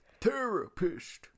Therapist